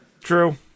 True